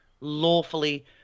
lawfully